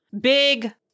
big